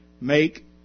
make